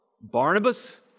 Barnabas